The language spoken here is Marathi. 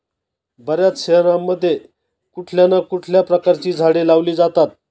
बर्याच शहरांमध्ये कुठल्या ना कुठल्या प्रकारची झाडे लावली जातात